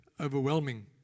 overwhelming